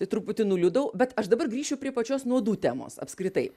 tai truputį nuliūdau bet aš dabar grįšiu prie pačios nuodų temos apskritai